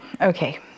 Okay